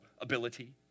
ability